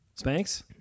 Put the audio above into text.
Spanx